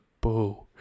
boo